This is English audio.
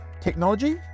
technology